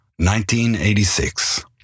1986